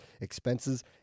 expenses